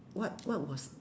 what what was